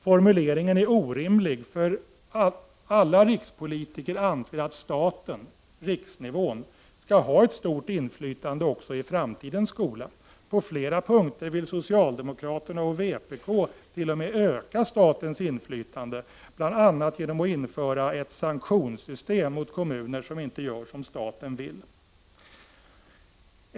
Formuleringen är orimlig, alla rikspolitiker anser nämligen att staten, riksnivån, skall ha ett stort inflytande också i framtidens skola. På flera punkter vill socialdemokraterna och vpk t.o.m. öka statens inflytande, bl.a. genom att införa ett sanktionssystem mot kommuner som inte gör som staten vill.